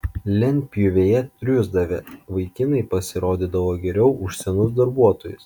lentpjūvėje triūsdavę vaikinai pasirodydavo geriau už senus darbuotojus